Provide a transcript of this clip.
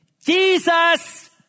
Jesus